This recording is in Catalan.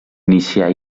iniciar